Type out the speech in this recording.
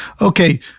Okay